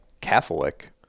Catholic